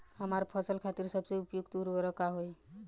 हमार फसल खातिर सबसे उपयुक्त उर्वरक का होई?